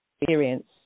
experience